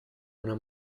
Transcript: una